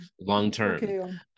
Long-term